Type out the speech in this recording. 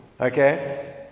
Okay